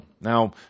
Now